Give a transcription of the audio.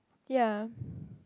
ya